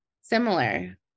similar